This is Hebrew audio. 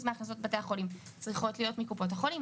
מהכנסות בתי החולים צריכות להיות מקופות החולים,